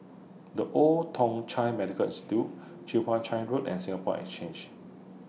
The Old Thong Chai Medical Institute Chwee Chian Road and Singapore Exchange